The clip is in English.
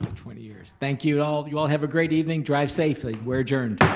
twenty years. thank you all, you all have a great evening, drive safely. we are adjourned.